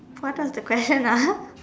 what was the question ah